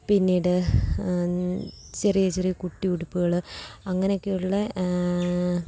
പിന്നീട് ചെറിയ ചെറിയ കുട്ടി ഉടുപ്പുകൾ അങ്ങനെയൊക്കെ ഉള്ള